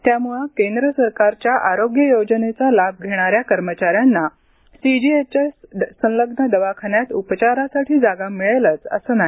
त्यामुळे केंद्र सरकारच्या आरोग्य योजनेचा लाभ घेणाऱ्या कर्मचाऱ्यांना सीजीएचएस संलग्न दवाखान्यात उपचारासाठी जागा मिळेलच असं नाही